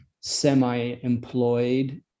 semi-employed